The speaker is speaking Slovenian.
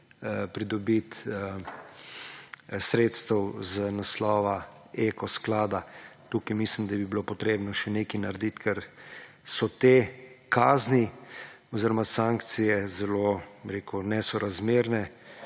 pridobiti sredstev iz naslova Eko sklada. Tukaj mislim da bi bilo potrebno še nekaj narediti, ker so te kazni oziroma sankcije zelo nesorazmerne